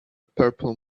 purple